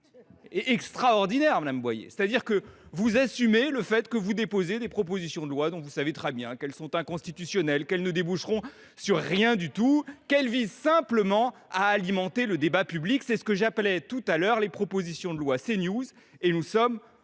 extraordinaire, madame Boyer. Vous assumez le fait de déposer des propositions de loi en sachant très bien qu’elles sont inconstitutionnelles et qu’elles ne déboucheront sur rien du tout. Elles visent simplement à alimenter le débat public. C’est ce que j’appelais tout à l’heure les propositions de loi CNews.